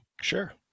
Sure